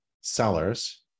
sellers